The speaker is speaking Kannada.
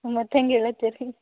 ಮತ್ತು ಹೆಂಗೆ ಹೇಳಾತ್ತಿ ರೀ